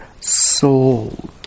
soul